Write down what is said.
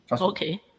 Okay